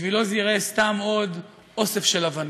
בשבילו זה ייראה סתם עוד אוסף של אבנים.